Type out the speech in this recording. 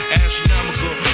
astronomical